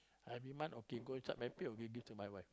every month okay go inside my pay okay give to my wife